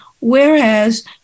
whereas